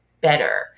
better